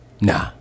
nah